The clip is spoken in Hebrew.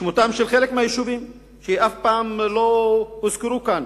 שמותיהם של חלק מהיישובים, שאף פעם לא הוזכרו כאן,